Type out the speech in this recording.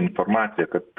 informacija kad